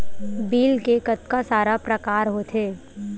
Bill के कतका सारा प्रकार होथे?